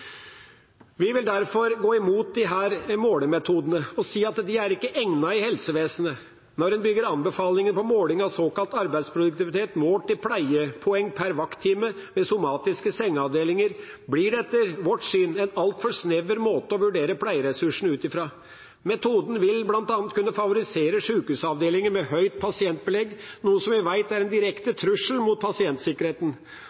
Vi vil derfor gå imot disse målemetodene og si at de ikke er egnet i helsevesenet. Når en bygger anbefalinger på måling av såkalt arbeidsproduktivitet målt i pleiepoeng per vakttime ved somatiske sengeavdelinger, blir det etter vårt syn en altfor snever måte å vurdere pleieressursene ut fra. Metoden vil bl.a. kunne favorisere sykehusavdelinger med høyt pasientbelegg, noe vi vet er en